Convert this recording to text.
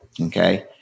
Okay